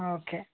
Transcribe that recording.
okay